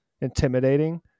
intimidating